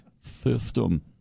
system